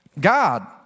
God